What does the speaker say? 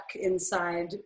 inside